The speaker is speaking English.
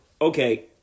Okay